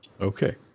Okay